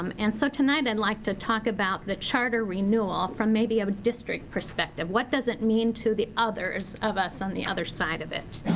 um and so tonight i'd like to talk about the charter renewal from maybe a district perspective. what does it mean to the others, of us on the other side of it.